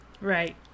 Right